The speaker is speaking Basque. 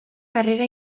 harrera